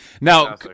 Now